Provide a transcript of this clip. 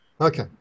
okay